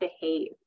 behave